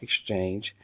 Exchange